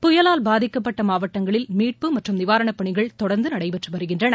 புயலால் பாதிக்கப்பட்ட மாவட்டங்களில் மீட்பு மற்றும் நிவாரணப் பணிகள் தொடர்ந்து நடைபெற்று வருகின்றன